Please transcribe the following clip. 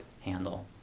handle